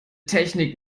technik